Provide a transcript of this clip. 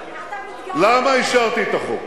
למה אישרתי את החוק?